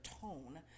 tone